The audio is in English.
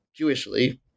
Jewishly